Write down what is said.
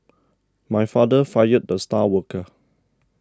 my father fired the star worker